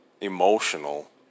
emotional